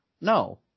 no